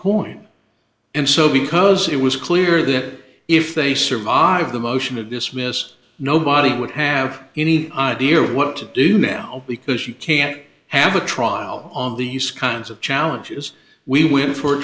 coin and so because it was clear that if they survive the motion to dismiss nobody would have any idea what to do now because you can't have a trial on these kinds of challenges we win for